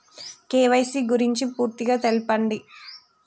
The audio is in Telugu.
కే.వై.సీ గురించి పూర్తిగా తెలపండి?